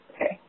Okay